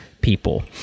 people